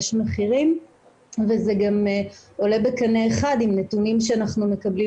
יש מחירים וזה גם עולה בקנה אחד עם נתונים שאנחנו מקבלים